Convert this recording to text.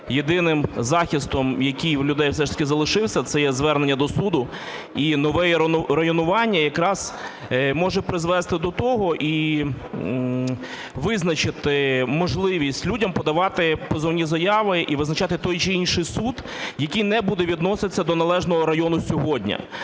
єдиним захистом, який в людей все ж таки залишився, це є звернення до суду. І нове районування якраз може призвести до того і визначити можливість людям подавати позовні заяви і визначати той чи інший суд, який не буде відноситися до належного району сьогодні.